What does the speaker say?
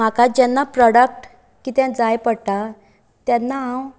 म्हाका जेन्ना प्रॉडक्ट कितें जाय पडटा तेन्ना हांव